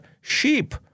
sheep